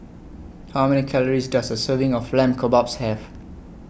How Many Calories Does A Serving of Lamb Kebabs Have